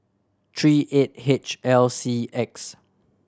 three eight H L C X